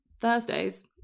Thursdays